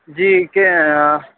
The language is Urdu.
جی کے